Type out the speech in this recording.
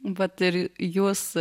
vat ir jūs